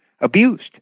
abused